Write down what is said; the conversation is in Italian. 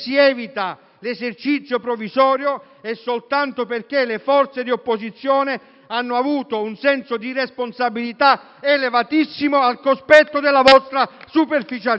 l'esercizio provvisorio è soltanto perché le forze di opposizione hanno avuto un senso di responsabilità elevatissimo al cospetto della vostra superficialità.